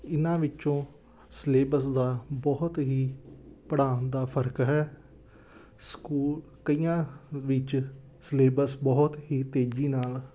ਇਹਨਾਂ ਵਿੱਚੋਂ ਸਿਲੇਬਸ ਦਾ ਬਹੁਤ ਹੀ ਪੜ੍ਹਾਉਣ ਦਾ ਫ਼ਰਕ ਹੈ ਸਕੂਲ ਕਈਆਂ ਵਿੱਚ ਸਿਲੇਬਸ ਬਹੁਤ ਹੀ ਤੇਜ਼ੀ ਨਾਲ